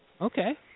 Okay